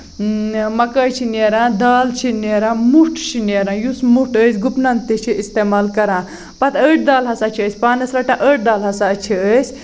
مَکٲے چھِ نیران دال چھِ نیران مُٹھ چھُ نیران یُس مُٹھ أسۍ گُپنن تہِ چھِ اِستعمال کران پَتہٕ أڑۍ دال ہسا چھِ أسۍ پانَس ڑَٹان أڑۍ دال ہسا چھِ أسۍ